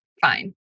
fine